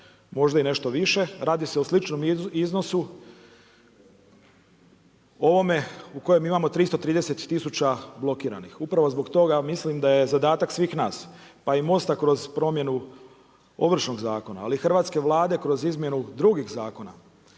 možda i nešto više, radi se o sličnom iznosu ovome u kojem imamo 330 tisuća blokiranih. Upravo zbog toga mislim da je zadatak svih nas, pa i Most-a kroz promjenu Ovršnog zakona, ali hrvatske vlade kroz izmjenu drugih zakona